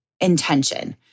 intention